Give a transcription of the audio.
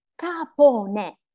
capone